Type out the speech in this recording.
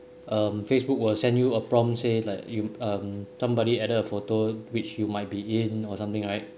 um Facebook will send you a prompt say like you um somebody added a photo which you might be in or something right